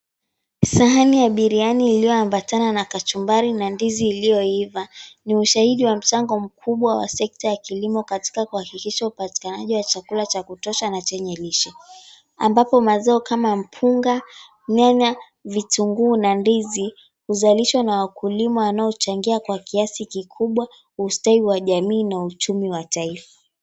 Sahani ya biriyani iliyoambatana na kachumbari na ndizi iliyoiva, ni ushaidi wa mchango mkubwa wa sekta ya kilimo katika kuhakikisha upatikanaji wa chakula cha kutosha na chenye lishe. Ambapo mazao kama mpunga, nyanya, vitunguu na ndizi huzalishwa na wakulima wanaochagia kwa kiasi kikubwa, ustawi wa jamii na uchumi wa taifa.